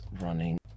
running